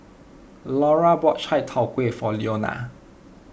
Lura bought Chai Tow Kway for Leona